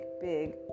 big